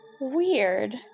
Weird